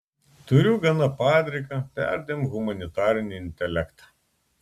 turiu gana padriką perdėm humanitarinį intelektą